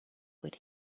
would